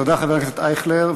תודה, חבר הכנסת אייכלר.